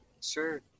Sure